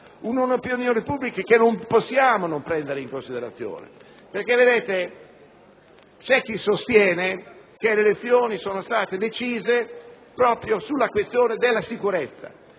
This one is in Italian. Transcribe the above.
l'opinione pubblica. Noi non possiamo non prendere in considerazione l'opinione pubblica: c'è chi sostiene che le elezioni siano state decise proprio sulla questione della sicurezza;